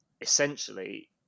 essentially